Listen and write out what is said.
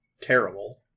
terrible